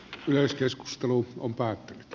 yleiskeskustelu on päättynyt